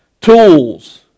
Tools